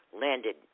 Landed